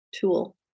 tool